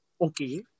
okay